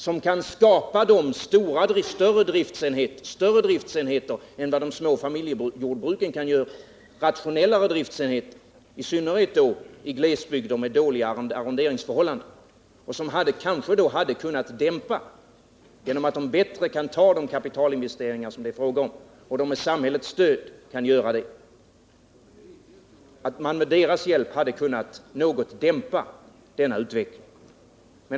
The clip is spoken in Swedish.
Denna alternativa företagsform kan kanske skapa större och rationellare driftsenheter än vad de små familjejordbruken kan göra, i synnerhet i glesbygder med dåliga arronderingsförhållanden. Med hjälp av detta slags jordbrukare, som med samhällets stöd bättre kan klara av de kapitalinvesteringar det är fråga om, hade vi kanske något kunnat dämpa denna utveckling.